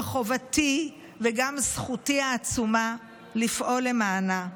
וחובתי וגם זכותי העצומה לפעול למענה.